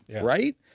right